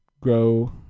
grow